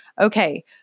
Okay